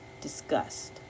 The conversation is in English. disgust